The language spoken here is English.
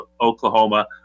Oklahoma